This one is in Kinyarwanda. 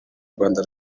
rwanda